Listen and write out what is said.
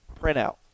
printout